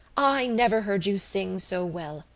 i never heard you sing so well,